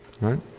right